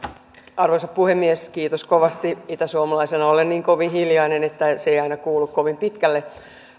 arvoisa puhemies kiitos kovasti itäsuomalaisena olen niin kovin hiljainen että se ei aina kuulu kovin pitkälle